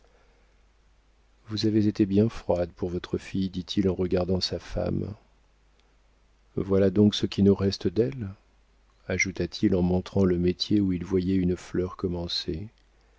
vous avez été bien froide pour votre fille dit-il en regardant sa femme voilà donc ce qui nous reste d'elle ajouta-t-il en montrant le métier où il voyait une fleur commencée